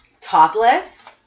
topless